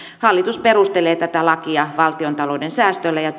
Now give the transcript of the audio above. hallitus perustelee tätä lakia valtiontalouden säästöillä ja